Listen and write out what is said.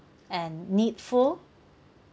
and needful